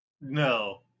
No